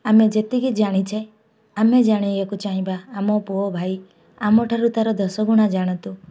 ଆମେ ଯେତିକି ଜାଣିଛେ ଆମେ ଜାଣିବାକୁ ଚାହିଁବା ଆମ ପୁଅ ଭାଇ ଆମ ଠାରୁ ତାର ଦଶଗୁଣା ଜାଣନ୍ତୁ